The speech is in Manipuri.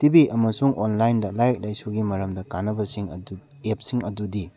ꯇꯤ ꯚꯤ ꯑꯃꯁꯨꯡ ꯑꯣꯟꯂꯥꯏꯟꯗ ꯂꯥꯏꯔꯤꯛ ꯂꯥꯏꯁꯨꯒꯤ ꯃꯔꯝꯗ ꯀꯥꯟꯅꯕꯁꯤꯡ ꯑꯦꯞꯁꯤꯡ ꯑꯗꯨꯗꯤ